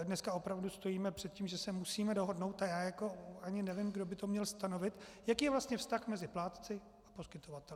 Dnes opravdu stojíme před tím, že se musíme dohodnout, já ani nevím, kdo by to měl stanovit, jaký je vlastně vztah mezi plátci a poskytovateli.